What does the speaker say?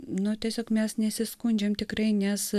nuo tiesiog mes nesiskundžiame tikrai nes